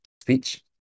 speech